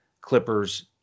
Clippers